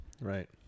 Right